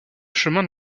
chemin